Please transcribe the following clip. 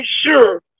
sure